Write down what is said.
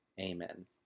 Amen